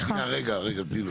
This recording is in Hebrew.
שנייה, תני לו.